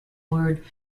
word